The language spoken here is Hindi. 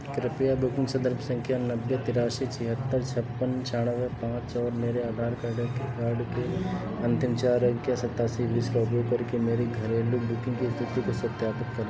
कृपया बुकिंग संदर्भ संख्या नब्बे तिरासी छिहत्तर छप्पन छियानवे पाँच और मेरे आधार कार्ड के कार्ड के अंतिम चार अंक सत्तासी बीस का उपयोग करके मेरी घरेलू बुकिंग की स्थिति को सत्यापित करें